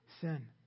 sin